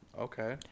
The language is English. Okay